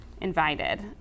invited